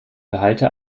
behalte